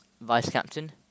vice-captain